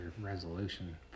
resolution